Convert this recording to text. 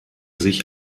sich